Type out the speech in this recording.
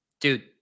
Dude